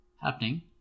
happening